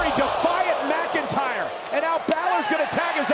fire at mcintyre. and now, balor is gonna tag